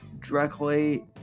directly